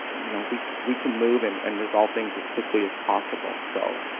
you know we we can move and and resolve things as quickly as possible. so,